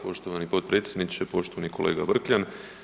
Poštovani potpredsjedniče, poštovani kolega Vrkljan.